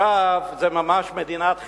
זו ממש מדינת חלם.